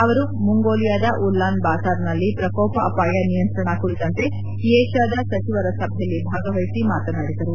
ಅವರು ಮಂಗೋಲಿಯಾದ ಉಲ್ಲಾನ್ ಬಾತರ್ನಲ್ಲಿ ಪ್ರಕೋಪ ಅಪಾಯ ನಿಯಂತ್ರಣ ಕುರಿತಂತೆ ಏಷ್ಯಾದ ಸಚಿವರ ಸಭೆಯಲ್ಲಿ ಭಾಗವಹಿಸಿ ಮಾತನಾಡಿದರು